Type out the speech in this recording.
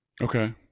Okay